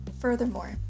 Furthermore